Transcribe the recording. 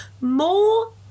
more